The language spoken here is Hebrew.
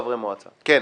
חברי כנסת, כן.